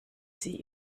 sie